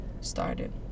Started